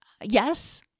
yes